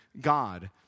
God